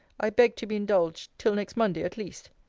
i beg to be indulged till next monday at least.